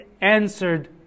answered